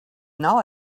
now